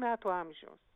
metų amžiaus